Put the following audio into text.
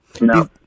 No